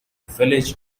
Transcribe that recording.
village